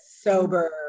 Sober